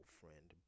friend